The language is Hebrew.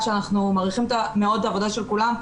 שאנחנו מעריכים מאוד את העבודה של כולם,